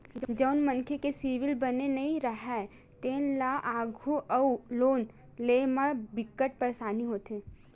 जउन मनखे के सिविल बने नइ राहय तेन ल आघु अउ लोन लेय म बिकट परसानी होथे